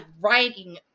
writing